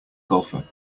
golfer